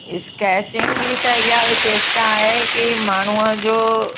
sketching जी त इहा विशेषता आहे के माण्हूअ जो